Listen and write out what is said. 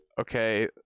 okay